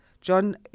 John